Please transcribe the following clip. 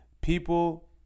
people